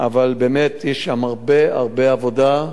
אבל באמת יש שם הרבה הרבה עבודה,